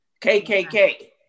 KKK